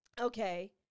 Okay